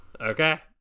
Okay